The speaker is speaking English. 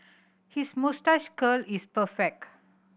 his moustache curl is perfect